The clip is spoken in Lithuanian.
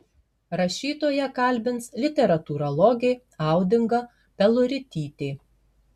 rašytoją kalbins literatūrologė audinga peluritytė